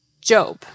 Job